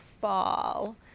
fall